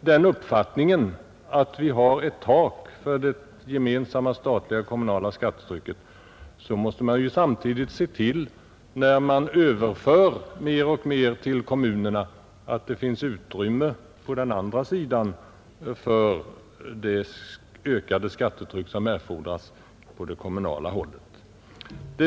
den uppfattningen att det finns ett tak för det sammanlagda statliga och kommunala skattetrycket måste vi, samtidigt som det förs över allt fler uppgifter till kommunerna, se till att det finns utrymme på den statliga sidan för de ökade skatteintäkter som blir erforderliga på den kommunala sidan.